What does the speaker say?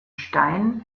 stein